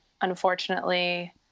unfortunately